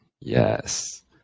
Yes